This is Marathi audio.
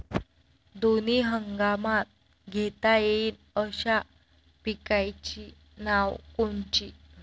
दोनी हंगामात घेता येईन अशा पिकाइची नावं कोनची?